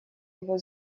его